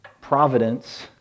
providence